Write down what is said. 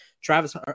Travis